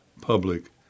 public